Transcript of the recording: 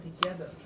together